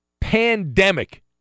pandemic